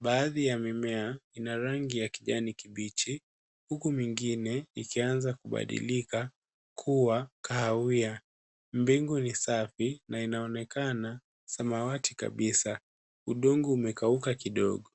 Baadhi ya mimea ina rangi ya kijani kibichi huku mingine ikianza kubadilika kuwa kahawia. Mbingu ni safi na inaonekana samawati kabisa. Udongo umekauka kidogo.